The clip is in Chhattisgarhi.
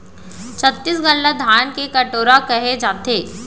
छत्तीसगढ़ ल धान के कटोरा कहे जाथे